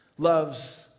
Loves